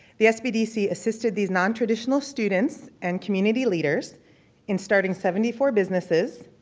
the sbdc assisted these non-traditional students and community leaders in starting seventy four businesses,